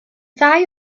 ddau